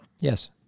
Yes